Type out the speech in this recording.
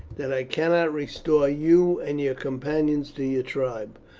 that i cannot restore you and your companions to your tribe,